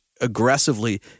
aggressively